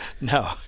no